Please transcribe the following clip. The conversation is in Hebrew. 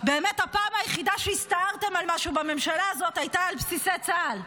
באמת הפעם היחידה שהסתערתם על משהו בממשלה הזאת הייתה על בסיסי צה"ל.